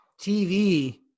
TV